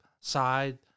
side